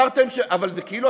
אבל זה כאילו,